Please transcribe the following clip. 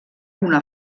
una